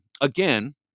Again